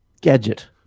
gadget